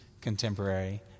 contemporary